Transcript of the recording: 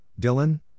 Dylan